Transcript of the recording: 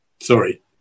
Sorry